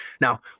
Now